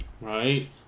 Right